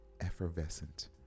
Effervescent